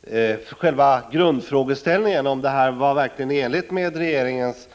Beträffande själva grundfrågeställningen — om det verkligen är i enlighet med regeringens